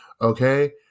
okay